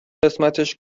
قسمتش